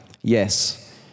yes